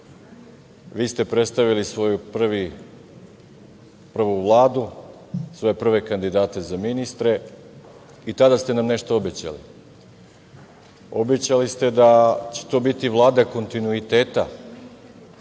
vi ste predstavili svoju prvu Vladu, svoje prve kandidate za ministre i tada ste nam nešto obećali. Obećali ste da će to biti Vlada kontinuiteta